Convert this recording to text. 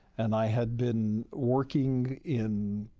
and i had been working in,